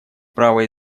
права